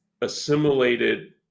assimilated